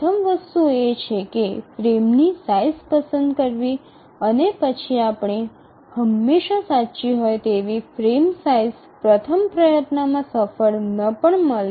પ્રથમ વસ્તુ એ છે કે ફ્રેમની સાઇઝ પસંદ કરવી અને પછી આપણે હંમેશા સાચી હોય તેવી ફ્રેમ સાઇઝ પ્રથમ પ્રયત્નમાં સફળ ન પણ મળે